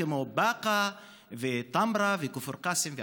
כמו באקה וטמרה וכפר קאסם והשאר?